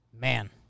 Man